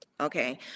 Okay